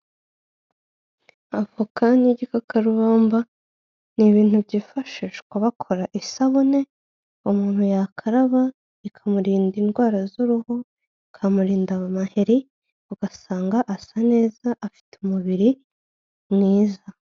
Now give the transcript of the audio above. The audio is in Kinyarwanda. Avoka n'igikakarubamba ni ibintu byifashishwa bakora isabune, umuntu yakaraba ikamurinda indwara z'uruhu, ikamurinda amaheri ugasanga asa neza afite umubiri mwiza.